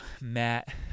Matt